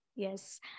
Yes